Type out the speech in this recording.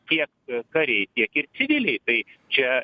tiek kariai tiek ir civiliai tai čia